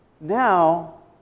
Now